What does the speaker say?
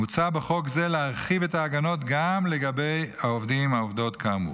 מוצע בחוק זה להרחיב את ההגנות גם לגבי העובדים והעובדות כאמור.